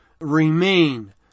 remain